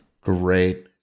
Great